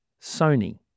Sony